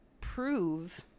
prove